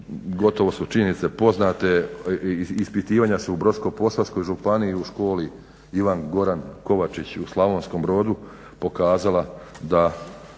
gotovo su činjenice poznate i ispitivanja su u Brodsko-posavskoj županiji, u školi "Ivan Goran Kovačić" u Slavonskom Brodu pokazala da